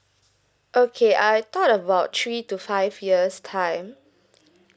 okay I thought about three to five years time